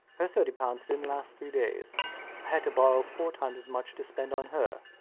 her thirty pounds didnt last three days. i had to borrow four times as much to spend on her.